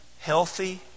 healthy